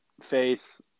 faith